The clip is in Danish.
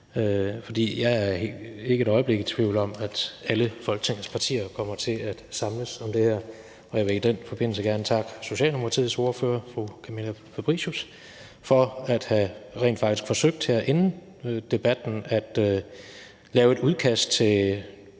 For jeg er ikke et øjeblik i tvivl om, at alle Folketingets partier kommer til at samles om det her, og jeg vil i den forbindelse gerne takke Socialdemokratiets ordfører, fru Camilla Fabricius, for rent faktisk at have forsøgt her inden debatten at lave et udkast til